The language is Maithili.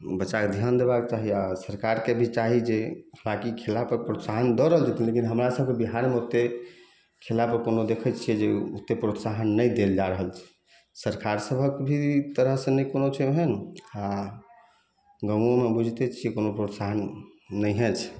बच्चाके ध्यान देबाके चाही आ सरकारके भी चाही जे हालाँकि खेला पर प्रोत्साहन दऽ रहल छथिन लेकिन हमरा सबके बिहारमे ओतेक खेला पर कोनो देखै छियै जे ओतेक प्रोत्साहन नहि देल जा रहल छै सरकार सभक भी एक तरह से नहि कोनो छै ओहन आ गाँवओमे बूझिते छियै कोनो प्रोत्साहन नहिए छै